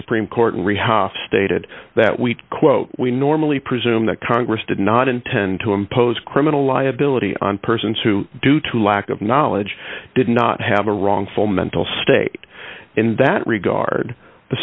supreme court and we have stated that we quote we normally presume that congress did not intend to impose criminal liability on persons who due to lack of knowledge did not have a wrongful mental state in that regard the